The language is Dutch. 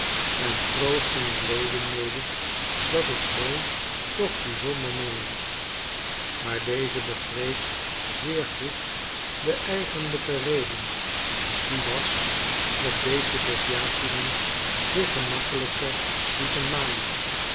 en troostten er lewin mede dat het hooi toch bizonder mooi was maar deze begreep zeer goed de eigenlijke reden die was dat deze desjatinen zich gemakkelijker lieten maaien